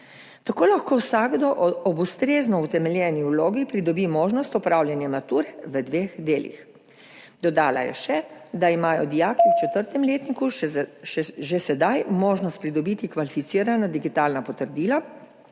Tako lahko vsakdo ob ustrezno utemeljeni vlogi pridobi možnost opravljanja mature v dveh delih. Dodala je še, da imajo dijaki v četrtem letniku že sedaj možnost pridobiti kvalificirana digitalna potrdila.